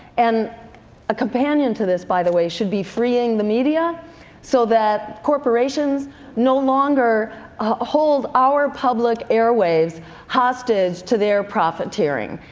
and a companion to this, by the way, should be freeing the media so that corporations no longer ah hold our public airwaves hostage to their profiteering.